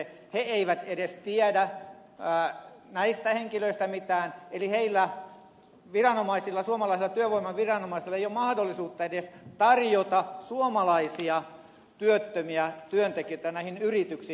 he eivät edes tiedä näistä henkilöistä mitään eli suomalaisilla työvoimaviranomaisilla ei ole mahdollisuutta edes tarjota suomalaisia työttömiä työntekijöitä näihin yrityksiin